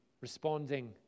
responding